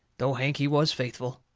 though hank, he was faithful.